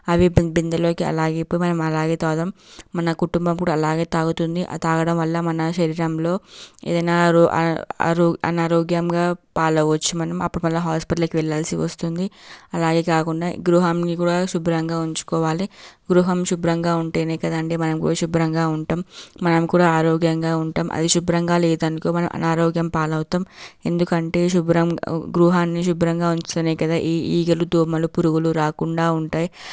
అవి బి బిందెలోకి అలాగే విప్పి మనం అలాగే తాగుతాం మన కుటుంబం కూడా అలాగే తాగుతుంది తాగడం వల్ల మన శరీరంలో ఏదైనా అనారోగ్యంగా పాలవ్వచ్చు మనం అప్పుడు మళ్ళా హాస్పిటల్కి వెళ్ళాల్సి వస్తుంది అలాగే కాకుండా గృహంని కూడా శుభ్రంగా ఉంచుకోవాలి గృహం శుభ్రంగా ఉంటేనే కదండి మనం కూడా శుభ్రంగా ఉంటం మనం కూడా ఆరోగ్యంగా ఉంటాం అది శుభ్రంగా లేదనుకో మనం అనారోగ్యం పాలవుతాం ఎందుకంటే శుభ్రం గృహాన్ని శుభ్రంగా ఉంచితేనే కదా ఏ ఈగలు దోమలు పురుగులు రాకుండా ఉంటాయి